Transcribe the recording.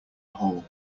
whole